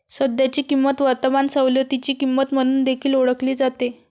सध्याची किंमत वर्तमान सवलतीची किंमत म्हणून देखील ओळखली जाते